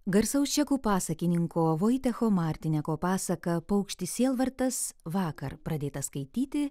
garsaus čekų pasakininko vojtecho martineko pasaka paukštis sielvartas vakar pradėtą skaityti